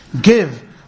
Give